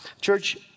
Church